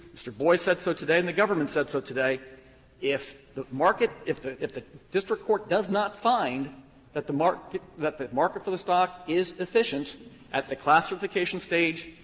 mr. boies said so today, and the government said so today if the market if the if the district court does not find that the market that the market for the stock is efficient at the class certification stage,